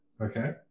Okay